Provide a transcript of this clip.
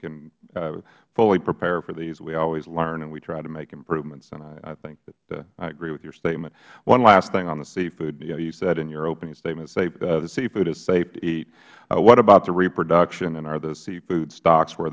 can fully prepare for this we always learn and we try to make improvements and i think that i agree with your statement one last thing on the seafood you said in your opening statement the seafood is safe to eat what about the reproduction and are the seafood stocks where